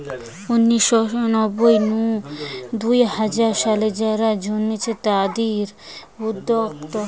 উনিশ শ নব্বই নু দুই হাজার সালে যারা জন্মেছে তাদির উদ্যোক্তা